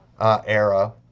era